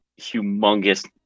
humongous